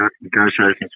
negotiations